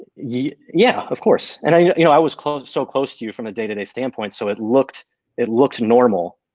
yeah, of course, and i you know i was so close to you from a day to day standpoint so it looked it looked normal.